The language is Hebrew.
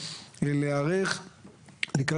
איזה שהוא תהליך גדול של